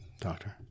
Doctor